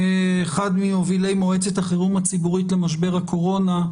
אחד ממובילי מועצת החירום הציבורית למשבר הקורונה.